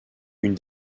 une